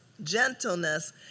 gentleness